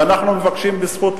ואנחנו מבקשים בזכות,